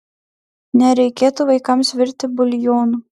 nereikėtų vaikams virti buljonų